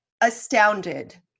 astounded